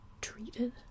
treated